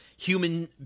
human